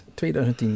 2010